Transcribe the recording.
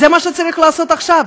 זה מה שצריך לעשות עכשיו.